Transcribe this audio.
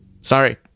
Sorry